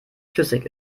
flüssig